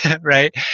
right